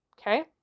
Okay